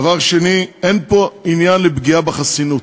דבר שני, אין פה עניין של פגיעה בחסינות.